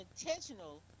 intentional